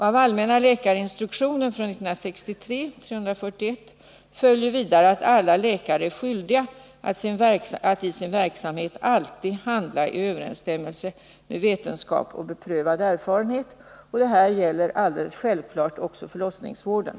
Av allmänna läkarinstruktionen följer vidare att alla läkare är skyldiga att i sin verksamhet alltid handla i överensstämmelse med vetenskap och beprövad erfarenhet. Det här gäller alldeles självklart också förlossningsvården.